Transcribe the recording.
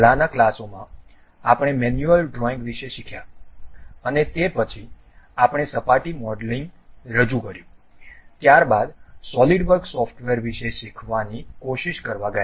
પહેલાનાં ક્લાસોમાં આપણે મેન્યુઅલ ડ્રોઇંગ વિશે શીખ્યા અને તે પછી આપણે સપાટી મોડેલિંગ રજૂ કર્યું ત્યારબાદ સોલિડવર્ક સોફ્ટવેર વિશે શીખવાની કોશિશ કરવા ગયા